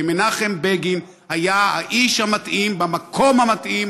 כי מנחם בגין היה האיש המתאים במקום המתאים